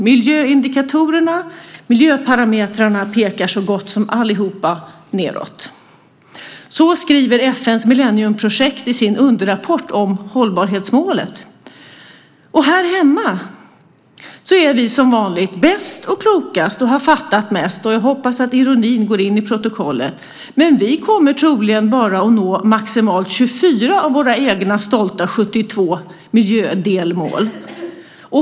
Miljöindikatorerna, miljöparametrarna, pekar så gott som allihop nedåt. Så skriver FN:s milleniumprojekt i sin underrapport om hållbarhetsmålet. Här hemma är vi som vanligt bäst och klokast och har fattat mest - jag hoppas att ironin går in i protokollet - men vi kommer troligen bara att nå maximalt 24 av våra egna stolta 72 miljödelmål.